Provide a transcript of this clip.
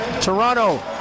Toronto